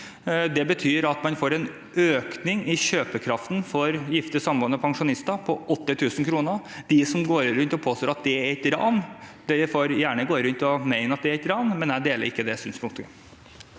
Det betyr at man får en økning i kjøpekraften for gifte og samboende pensjonister på 8 000 kr. De som går rundt og påstår at det er et ran, de får gjerne gå rundt og mene at det er et ran, men jeg deler ikke det synspunktet.